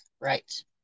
Right